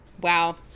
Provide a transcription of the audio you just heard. wow